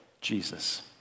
Jesus